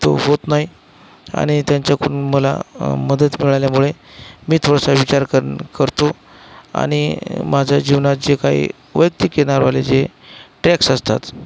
तो होत नाही आणि त्यांच्याकडून मला मदत मिळाल्यामुळे मी थोडासा विचार कर करतो आणि माझ्या जीवनात जे काही वैयक्तिक येणारवाले जे टॅक्स असतात